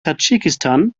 tadschikistan